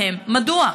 מדוע?